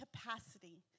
capacity